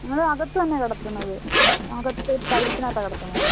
നമ്മൾ അകത്ത് തന്നെയാണ് കിടത്തുന്നത് അകത്തു ടൈല്സിനകത്താണ് കിടത്തുന്നത്